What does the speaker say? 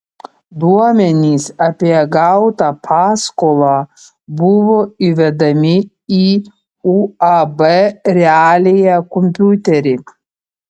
duomenys apie gautą paskolą buvo įvedami į uab realija kompiuterį